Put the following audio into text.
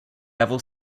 level